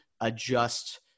adjust